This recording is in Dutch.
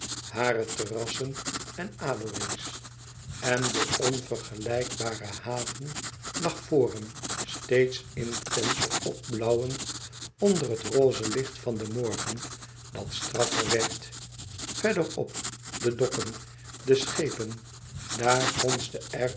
hare terrassen en aloë's en de onvergelijkbare haven lag voor hem steeds intenser opblauwend onder het roze licht van den morgen dat straffer werd verder op de dokken de schepen daar gonsde er